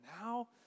now